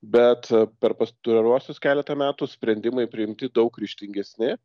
bet per pastaruosius keletą metų sprendimai priimti daug ryžtingesni